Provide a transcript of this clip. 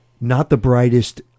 not-the-brightest